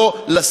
כן.